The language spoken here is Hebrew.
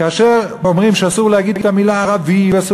כאשר אומרים שאסור להגיד את המילה "ערבי" ואסור